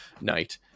Night